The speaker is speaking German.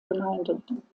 gemeinden